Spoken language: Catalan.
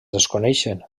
desconeixen